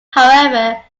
however